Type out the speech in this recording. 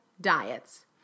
diets